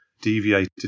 deviated